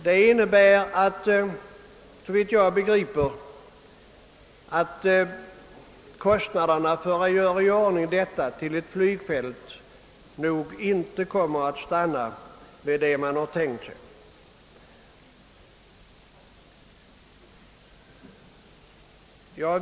Det innebär, såvitt jag begriper, att kostnaderna för att där iordningställa ett flygfält inte kommer att stanna vid vad man tänkt sig.